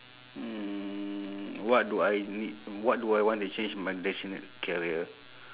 mm what do I need what do I want to change my destiny career